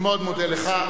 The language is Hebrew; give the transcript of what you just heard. אני מאוד מודה לך.